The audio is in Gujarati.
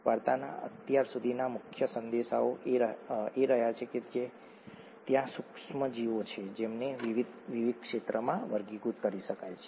વાર્તાના અત્યાર સુધીના મુખ્ય સંદેશાઓ એ રહ્યા છે કે ત્યાં સુક્ષ્મસજીવો છે જેમને વિવિધ વિવિધ ક્ષેત્રમાં વર્ગીકૃત કરી શકાય છે